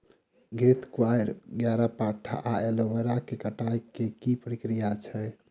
घृतक्वाइर, ग्यारपाठा वा एलोवेरा केँ कटाई केँ की प्रक्रिया छैक?